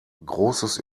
großes